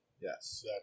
Yes